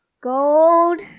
gold